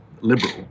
liberal